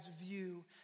view